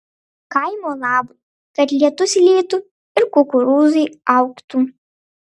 kaimo labui kad lietus lytų ir kukurūzai augtų